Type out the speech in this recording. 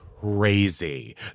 crazy